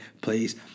please